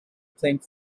playing